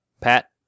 pat